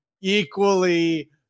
equally